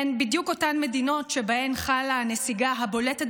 הן בדיוק אותן מדינות שבהן חלה הנסיגה הבולטת